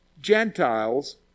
Gentiles